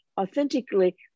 authentically